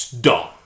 Dumb